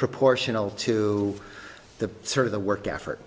disproportional to the sort of the work effort